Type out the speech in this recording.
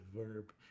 verb